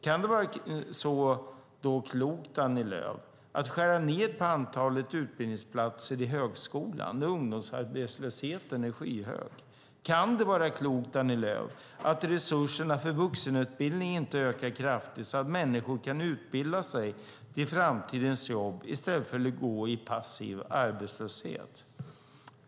Kan det då vara så klokt, Annie Lööf, att skära ned på antalet utbildningsplatser i högskolan när ungdomsarbetslösheten är skyhög? Kan det vara klokt, Annie Lööf, att resurserna för vuxenutbildning inte ökar kraftigt så att människor kan utbilda sig i framtidens jobb i stället för att gå i passiv arbetslöshet?